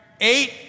eight